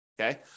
Okay